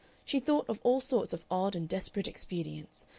she thought of all sorts of odd and desperate expedients,